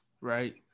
Right